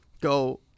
go